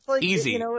easy